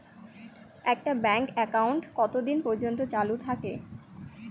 একটা bank account কতদিন পর্যন্ত চালু থাকে?